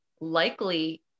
likely